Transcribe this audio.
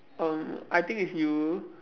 um I think it's you